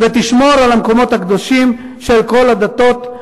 תשמור על המקומות הקדושים של כל הדתות,